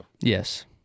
yes